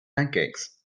pancakes